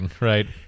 Right